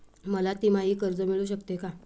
मला तिमाही कर्ज मिळू शकते का?